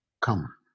come